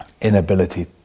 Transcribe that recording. inability